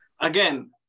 Again